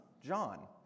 John